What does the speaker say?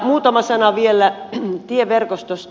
muutama sana vielä tieverkostosta